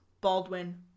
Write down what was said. Baldwin